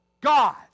God